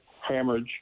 hemorrhage